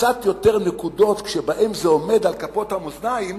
וקצת יותר נקודות שבהן זה עומד על כפות המאזניים,